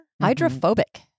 Hydrophobic